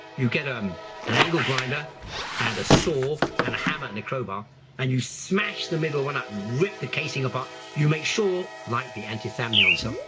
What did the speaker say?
you get um an angle grinder and a saw and a hammer and a crowbar and you smash the middle one up you rip the casing apart, you make sure, like the antithamnion cell,